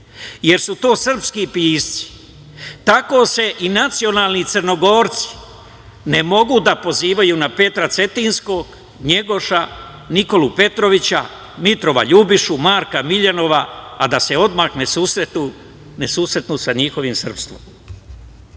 jer su to srpski pisci, tako se i nacionalni Crnogorci ne mogu da pozivaju na Petra Cetinjskog Njegoša, Nikolu Petrovića, Mitrova Ljubišu, Marka Miljanova, a da se odmah ne susretnu sa njihovim srpstvom. Da